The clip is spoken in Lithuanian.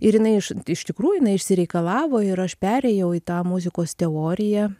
ir jinai iš iš tikrųjų jinai išsireikalavo ir aš perėjau į tą muzikos teoriją